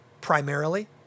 primarily